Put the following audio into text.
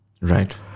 right